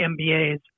MBAs